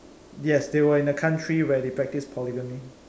yes they were in a country where they practice polygamy